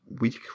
week